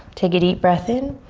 take a deep breath in